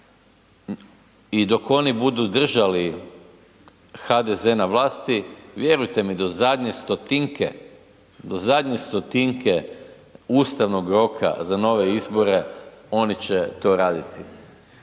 i dok oni budu držali HDZ na vlasti, vjerujte mi, do zadnje stotinke, do zadnje stotinke ustavnog roka za nove izbore oni će to raditi.